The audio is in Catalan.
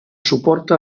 suporta